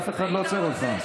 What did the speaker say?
אף אחד לא עוצר אותך.